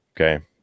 okay